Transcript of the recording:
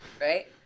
right